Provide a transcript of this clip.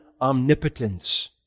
omnipotence